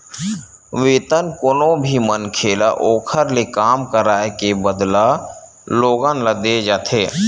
वेतन कोनो भी मनखे ल ओखर ले काम कराए के बदला लोगन ल देय जाथे